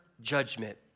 judgment